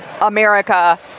America